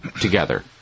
together